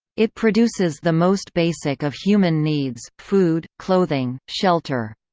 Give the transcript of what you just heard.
it produces the most basic of human needs food, clothing, shelter.